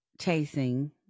chasing